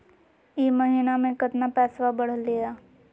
ई महीना मे कतना पैसवा बढ़लेया?